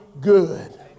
good